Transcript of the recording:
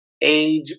age